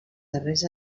darrers